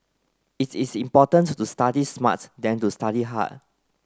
its is more important to do study smart than to study hard